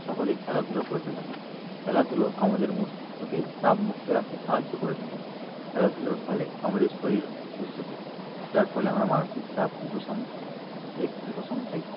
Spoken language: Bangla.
সকলেই খেলাধুলো করতে থাকে খেলাধুলো আমাদের মস্তিষ্ককে চাপমুক্ত রাখতে সাহায্য করে থাকে খেলাধুলোর ফলে আমাদের শরীর সুস্থ থাকে যার ফলে আমরা মানসিক চাপ উপশম থেকে উপশম পাই